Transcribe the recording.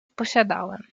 posiadałem